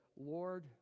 Lord